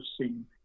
seen